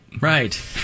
Right